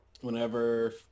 whenever